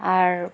আর